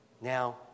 Now